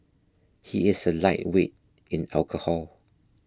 he is a lightweight in alcohol